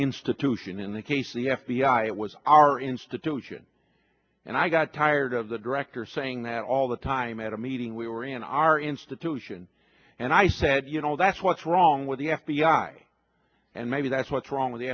institution in that case the f b i it was our institution and i got tired of the director saying that all the time at a meeting we were in our institution and i said you know that's what's wrong with the f b i and maybe that's what's wrong with the